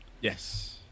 Yes